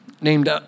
named